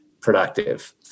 productive